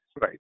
right